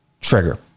trigger